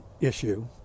issue